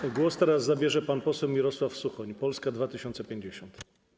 Teraz głos zabierze pan poseł Mirosław Suchoń, Polska 2050.